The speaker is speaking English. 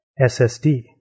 SSD